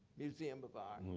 museum of art